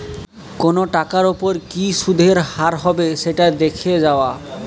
কোনো টাকার ওপর কি সুধের হার হবে সেটা দেখে যাওয়া